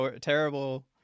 terrible